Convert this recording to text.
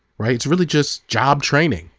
right, it's really just job training.